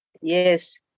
yes